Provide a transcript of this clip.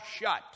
shut